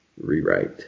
rewrite